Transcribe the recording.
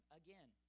again